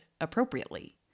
appropriately